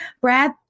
Brad